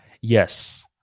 Yes